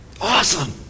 Awesome